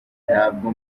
ntabwo